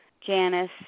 Janice